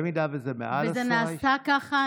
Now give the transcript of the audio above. אם זה מעל עשרה איש, וזה נעשה ככה.